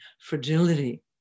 fragility